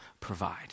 provide